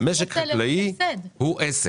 משק חקלאי הוא עסק,